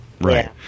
Right